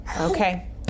Okay